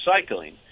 recycling